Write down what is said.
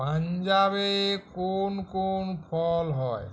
পাঞ্জাবে কোন কোন ফল হয়